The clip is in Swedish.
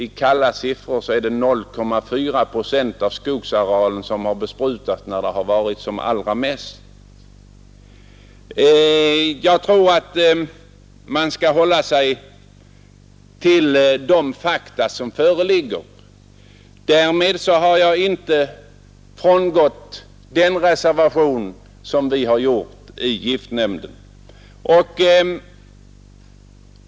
I kalla siffror är det 0,4 procent av skogsarealen som har besprutats när det varit som allra mest. Man bör hålla sig till de fakta som föreligger. Därmed har jag inte frångått den reservation som vi har gjort i giftnämnden.